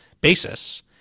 basis